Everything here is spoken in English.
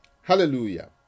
Hallelujah